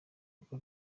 uko